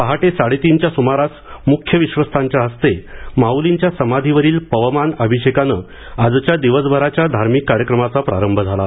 पहाटे साडेतीनच्या सुमारास मुख्य विश्वस्तांच्या हस्ते माउलींच्या समाधीवरील पवमान अभिषेकानं आजच्या दिवसभराच्या धार्मिक कार्यक्रमाचा प्रारंभ झाला